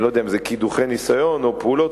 אני לא יודע אם קידוחי ניסיון או פעולות,